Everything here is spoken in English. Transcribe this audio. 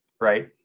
right